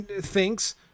thinks